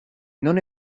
non